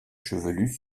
chevelu